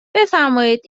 بفرمایید